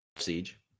siege